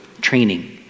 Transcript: training